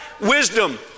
Wisdom